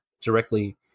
directly